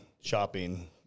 shopping